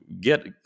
get